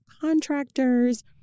contractors